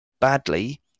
badly